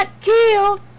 Killed